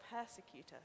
persecutor